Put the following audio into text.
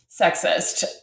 sexist